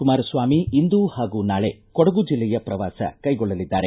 ಕುಮಾರಸ್ವಾಮಿ ಇಂದು ಹಾಗೂ ನಾಳೆ ಕೊಡಗು ಜಿಲ್ಲೆಯ ಪ್ರವಾಸ ಕೈಗೊಳ್ಳಲಿದ್ದಾರೆ